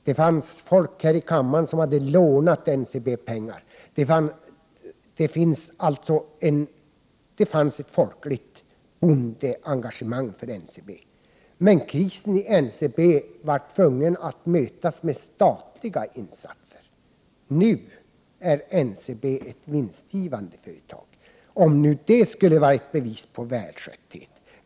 Det fanns folk i kammaren som hade lånat Ncb-pengar, och det fanns ett folkligt bondeengagemang för Ncb. Men krisen i Ncb måste mötas med statliga insatser. Nu är Ncb ett vinstgivande företag — om det skulle vara ett bevis på välskötthet.